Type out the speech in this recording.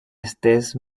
estés